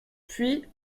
puis